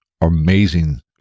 amazing